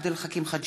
עבד אל חכים חאג'